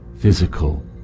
Physical